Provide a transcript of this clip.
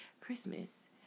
Christmas